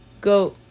go